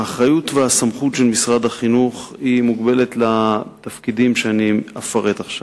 האחריות והסמכות של משרד החינוך מוגבלת לתפקידים שאני אפרט עכשיו: